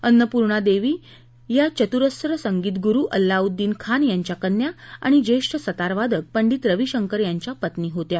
अन्नपूर्णादेवी या चतुरस्र संगीत गुरु अल्लाउद्दीन खान यांच्या कन्या आणि ज्येष्ठ सतारवादक पंडित रविशंकर यांच्या पत्नी होत्या